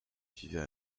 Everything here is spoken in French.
vivait